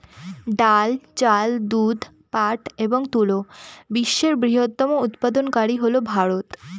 ডাল, চাল, দুধ, পাট এবং তুলা বিশ্বের বৃহত্তম উৎপাদনকারী হল ভারত